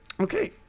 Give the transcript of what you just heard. Okay